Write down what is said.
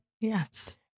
Yes